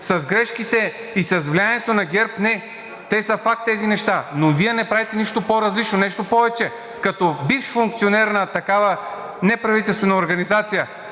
с грешките и с влиянието на ГЕРБ – не, те са факт тези неща, но Вие не правите нищо по-различно! Нещо повече, като бивш функционер на такава неправителствена организация,